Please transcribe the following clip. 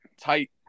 tight